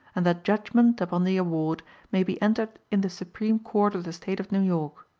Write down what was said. and that judgment upon the award may be entered in the supreme court of the state of new york.